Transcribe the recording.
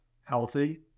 healthy